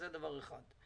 זה דבר אחד.